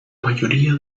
mayoría